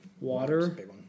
Water